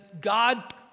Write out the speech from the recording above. God